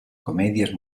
comedias